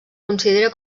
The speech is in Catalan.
considera